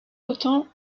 autant